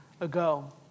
ago